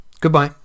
Goodbye